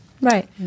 Right